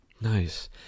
Nice